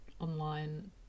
online